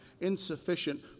insufficient